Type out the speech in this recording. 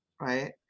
right